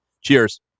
Cheers